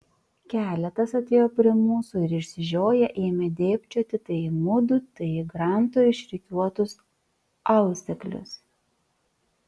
keletas atėjo prie mūsų ir išsižioję ėmė dėbčioti tai į mudu tai į granto išrikiuotus auseklius